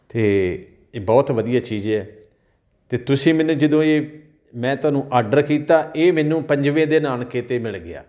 ਅਤੇ ਇਹ ਬਹੁਤ ਵਧੀਆ ਚੀਜ਼ ਹੈ ਅਤੇ ਤੁਸੀਂ ਮੈਨੂੰ ਜਦੋਂ ਇਹ ਮੈਂ ਤੁਹਾਨੂੰ ਆਡਰ ਕੀਤਾ ਇਹ ਮੈਨੂੰ ਪੰਜਵੇਂ ਦਿਨ ਆਉਣ ਕੇ ਅਤੇ ਮਿਲ ਗਿਆ